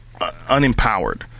unempowered